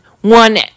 one